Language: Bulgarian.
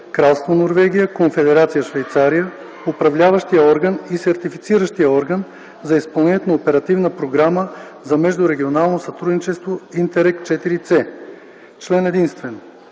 Кралство Норвегия, Конфедерация Швейцария, Управляващия орган и Сертифициращия орган за изпълнението на Оперативна програма за междурегионално сътрудничество „ИНТЕРРЕГ ІVС” Член единствен.